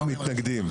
מתנגדים.